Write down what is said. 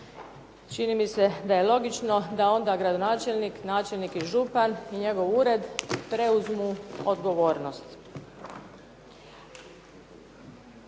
Čini mi se da je logično da onda gradonačelnik, načelnik i župan i njegov ured preuzmu odgovornost.